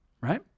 right